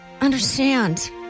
understand